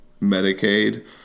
Medicaid